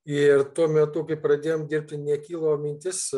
ir tuo metu kai pradėjom dirbt tai nekilo mintis